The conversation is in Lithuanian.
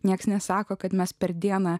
niekas nesako kad mes per dieną